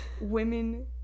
women